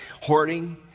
Hoarding